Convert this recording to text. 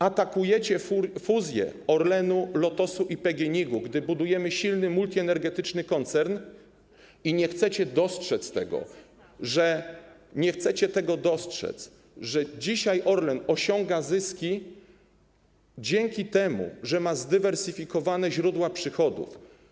Atakujecie fuzję Orlenu, Lotosu i PGNiG-u, gdy budujemy silny multienergetyczny koncern, i nie chcecie dostrzec tego, nie chcecie dostrzec, że dzisiaj Orlen osiąga zyski dzięki temu, że ma zdywersyfikowane źródła przychodów.